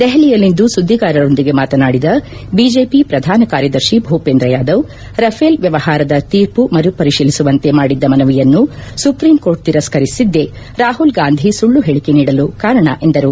ದೆಹಲಿಯಲ್ಲಿಂದು ಸುದ್ಗಿಗಾರರೊಂದಿಗೆ ಮಾತನಾಡಿದ ಬಿಜೆಪಿ ಪ್ರಧಾನ ಕಾರ್ಯದರ್ತಿ ಭೂಪೇಂದ್ರ ಯಾದವ್ ರಫೇಲ್ ವ್ಯವಹಾರದ ತೀರ್ಪು ಮರು ಪರಿತೀಲಿಸುವಂತೆ ಮಾಡಿದ್ದ ಮನವಿಯನ್ನು ಸುಪ್ರೀಂಕೋರ್ಟ್ ತಿರಸ್ಕರಿಸಿದ್ದೇ ರಾಹುಲ್ಗಾಂಧಿ ಸುಳ್ಳು ಹೇಳಕೆ ನೀಡಲು ಕಾರಣ ಎಂದರು